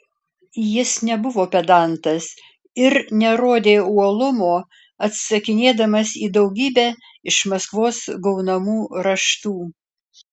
jis nebuvo pedantas ir nerodė uolumo atsakinėdamas į daugybę iš maskvos gaunamų raštų